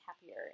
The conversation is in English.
happier